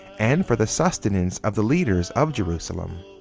and for the sustenance of the leaders of jerusalem.